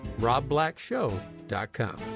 robblackshow.com